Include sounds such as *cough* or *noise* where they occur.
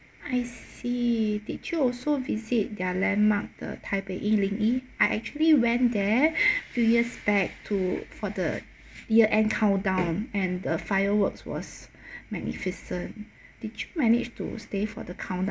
I see did you also visit their landmark the taipei yi ling yi I actually went there *breath* few years back to for the year end countdown and the fireworks was *breath* magnificent did you managed to stay for the countdown